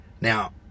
now